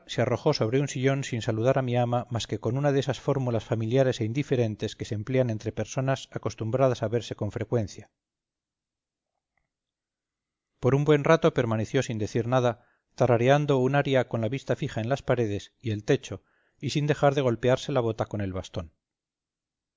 se arrojó sobre un sillón sin saludar a mi ama más que con una de esas fórmulas familiares e indiferentes que se emplean entre personas acostumbradas a verse con frecuencia por un buen ato permaneció sin decir nada tarareando un aria con la vista fija en las paredes y el techo y sin dejar de golpearse la bota con el bastón